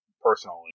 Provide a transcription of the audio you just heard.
personally